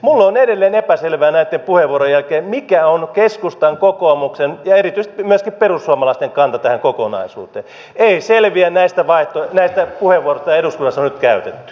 minulle on edelleen epäselvää näitten puheenvuorojen jälkeen mikä on keskustan kokoomuksen ja erityisesti myöskin perussuomalaisten kanta tähän kokonaisuuteen ei selviä näistä puheenvuoroista joita eduskunnassa on nyt käytetty